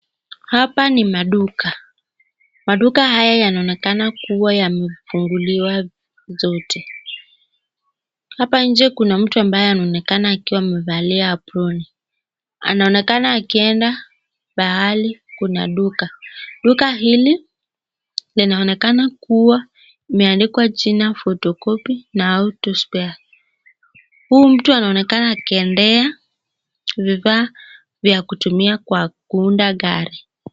Hapa ni maduka. maduka haya yanaonekana kuwa yamefunguliwa zote. Hapa nje kuna mtu ambaye anaonekana akiwa amevalia aproni. Anaonekana akienda pahali kuna duka. duka hili linaonekana kuwa limeandikwa jina photocopy na auto spare . Huu mtu anaonekana akiendea vivaa vya kutumia kwa kuunda gari.